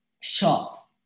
shop